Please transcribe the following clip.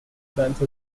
bands